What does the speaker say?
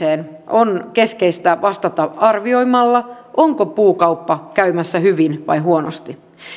on keskeistä vastata arvioimalla onko puukauppa käymässä hyvin vai huonosti